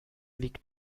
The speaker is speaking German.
liegt